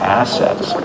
assets